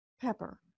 pepper